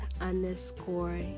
underscore